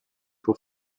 può